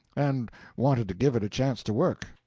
and wanted to give it a chance to work.